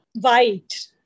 White